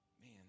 Man